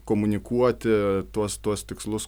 komunikuoti tuos tuos tikslus